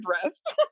dressed